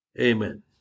Amen